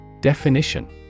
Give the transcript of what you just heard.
Definition